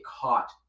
caught